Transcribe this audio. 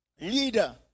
leader